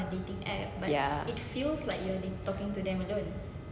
ya